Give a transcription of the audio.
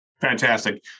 Fantastic